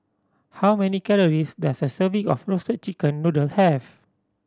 how many calories does a serving of Roasted Chicken Noodle have